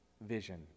vision